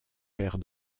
pairs